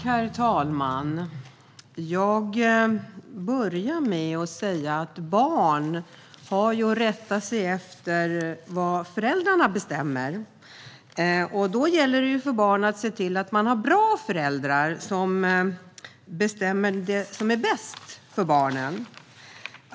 Herr talman! Barn har att rätta sig efter vad föräldrarna bestämmer. Då gäller det för barn att se till att ha bra föräldrar, som bestämmer det som är bäst för barnen.